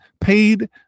paid